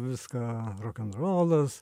viską rokenrolas